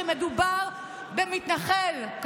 שמדובר במתנחל יהודי,